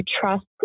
trust